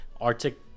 Arctic